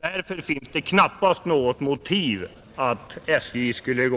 Därför finns det knappast någon anledning att tro att SJ skulle